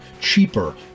cheaper